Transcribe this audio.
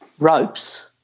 ropes